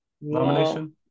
nomination